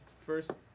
first